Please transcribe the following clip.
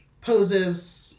poses